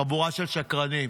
חבורה של שקרנים.